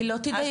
היא לא תדייק.